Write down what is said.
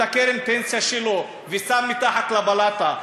את קרן הפנסיה שלו ושם מתחת לבלטה,